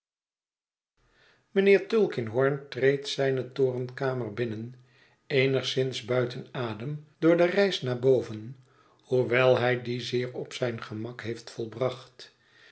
mijnheer tulkinghorn treedt zijne torenkamer binnen eenigszins buiten adem door de reis naar boven hoewel hij die zeer op zijn gemak heeft volbracht